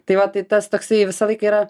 tai va tai tas toksai visąlaik yra